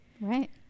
right